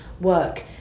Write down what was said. work